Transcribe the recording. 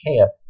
camp